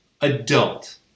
adult